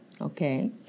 Okay